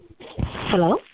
Hello